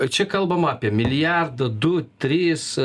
čia kalbama apie milijardą du tris